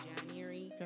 January